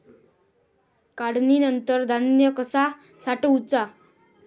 काढणीनंतर धान्य कसा साठवुचा?